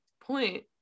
point